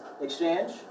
exchange